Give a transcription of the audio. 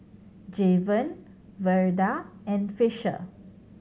Javen Verda and Fisher